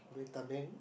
data bank